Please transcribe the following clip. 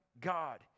God